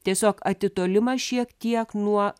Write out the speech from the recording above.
tiesiog atitolimas šiek tiek nuo